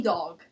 Dog